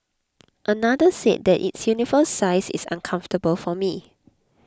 another said that its universal size is uncomfortable for me